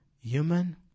human